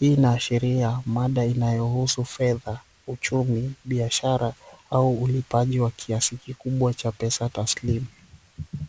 hii inaashiria mada inayohusu fedha, uchumi, biashara au ulipaji wa kiasi kikubwa cha pesa taslimu.